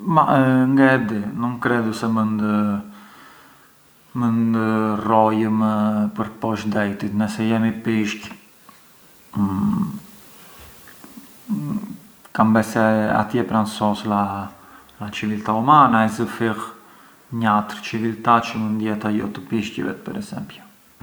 Ma ngë e di, non credo se mënd… mënd rrojëm përposh dejtit, ngë se jemi pishqë, kam bes se këtje pran sos la… la civiltà umana e pran zë fill njatër civiltà çë mënd jetë ajo të pishqvet per esempiu.